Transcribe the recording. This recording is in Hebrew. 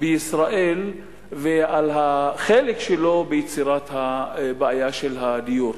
בישראל ועל החלק שלו ביצירת הבעיה של הדיור.